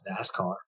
NASCAR